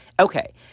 Okay